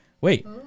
Wait